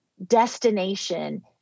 destination